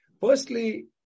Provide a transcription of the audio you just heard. Firstly